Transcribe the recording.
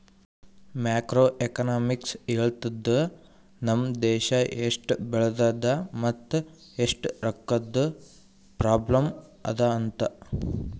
macro economics ಹೇಳ್ತುದ್ ನಮ್ ದೇಶಾ ಎಸ್ಟ್ ಬೆಳದದ ಮತ್ ಎಸ್ಟ್ ರೊಕ್ಕಾದು ಪ್ರಾಬ್ಲಂ ಅದಾ ಅಂತ್